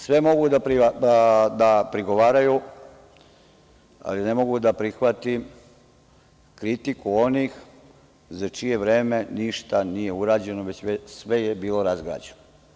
Sve mogu da prigovaraju, ali ne mogu da prihvatim kritiku onih za čije vreme ništa nije urađeno, već je sve bilo razgrađeno.